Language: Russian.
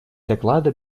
доклада